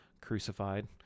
crucified